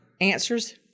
answers